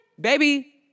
Baby